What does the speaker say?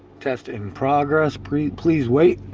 testing progress, please please wait